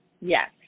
Yes